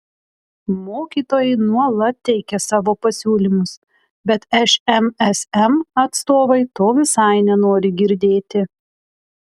mokytojai nuolat teikia savo pasiūlymus bet šmsm atstovai to visai nenori girdėti